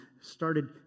started